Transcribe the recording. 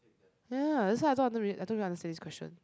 ya that's why I don't I don't really understand this question